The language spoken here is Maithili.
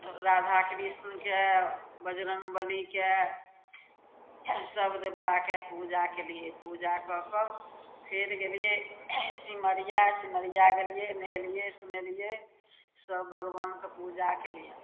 राधाकृष्णके बजरंग बलीके सब देवताके पूजा कयलियै पूजा कऽ कऽ फेर गेलियै सिमरिया सिमरिया गेलियै नहेलियै सुनेलियै सब भगवानके पूजा कयलियैन